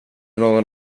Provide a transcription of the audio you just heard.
någon